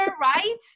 right